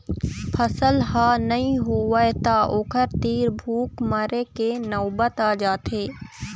फसल ह नइ होवय त ओखर तीर भूख मरे के नउबत आ जाथे